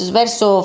verso